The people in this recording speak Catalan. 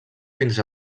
fins